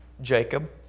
Jacob